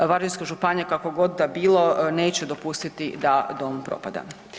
Varaždinska županija kako god da bilo neće dopustiti da dom propada.